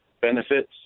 benefits